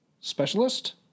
specialist